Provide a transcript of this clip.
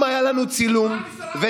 אם היה לנו צילום, מה המשטרה אמרה?